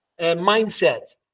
mindset